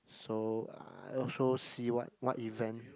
so uh also see what what event